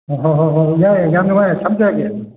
ꯑꯣ ꯍꯣꯏ ꯍꯣꯏ ꯍꯣꯏ ꯌꯥꯝ ꯅꯨꯉꯥꯏꯔꯦ ꯊꯝꯖꯔꯒꯦ ꯑꯗꯨꯗꯤ